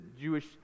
Jewish